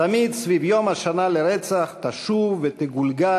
תמיד סביב יום השנה לרצח תשוב ותגולגל